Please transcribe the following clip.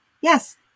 yes